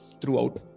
throughout